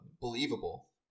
believable